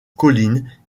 collines